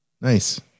Nice